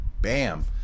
Bam